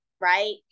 right